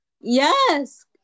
yes